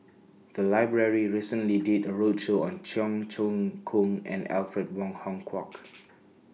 The Library recently did A roadshow on Cheong Choong Kong and Alfred Wong Hong Kwok